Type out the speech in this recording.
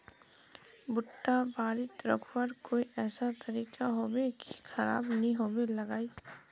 भुट्टा बारित रखवार कोई ऐसा तरीका होबे की खराब नि होबे लगाई?